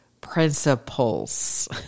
principles